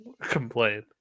complain